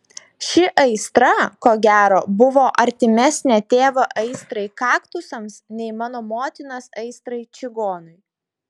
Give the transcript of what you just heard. ši aistra ko gero buvo artimesnė tėvo aistrai kaktusams nei mano motinos aistrai čigonui